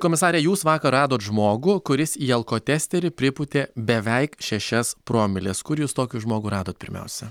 komisare jūs vakar radot žmogų kuris į alkotesterį pripūtė beveik šešias promiles kur jūs tokį žmogų radot pirmiausia